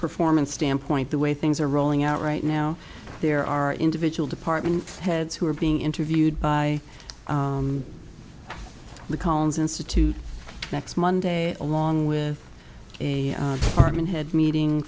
performance standpoint the way things are rolling out right now there are individual department heads who are being interviewed by the collins institute next monday along with a hartman had meeting